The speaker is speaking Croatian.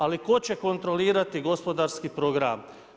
Ali tko će kontrolirati gospodarski program?